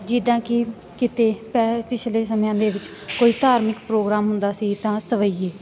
ਜਿੱਦਾਂ ਕਿ ਕਿਤੇ ਪੈ ਪਿਛਲੇ ਸਮਿਆਂ ਦੇ ਵਿੱਚ ਕੋਈ ਧਾਰਮਿਕ ਪ੍ਰੋਗਰਾਮ ਹੁੰਦਾ ਸੀ ਤਾਂ ਸਵੱਈਏ